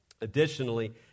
Additionally